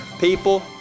people